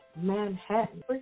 Manhattan